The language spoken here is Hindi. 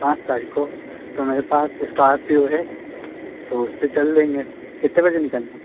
पाँच तारीख को तो मेरे पास इस्कार्पियो है तो उससे चल देंगे कितने बजे निकलना है